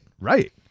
Right